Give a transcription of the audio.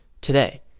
today